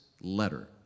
letter